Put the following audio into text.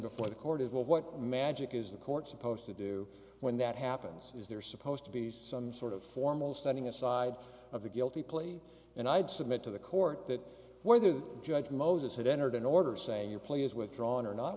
before the court is what magic is the court supposed to do when that happens is they're supposed to be some sort of formal standing aside of the guilty plea and i'd submit to the court that whether the judge moses had entered an order saying your play is withdrawn or not